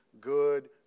good